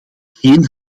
geen